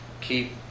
keep